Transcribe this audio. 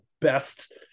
best